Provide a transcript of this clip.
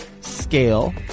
scale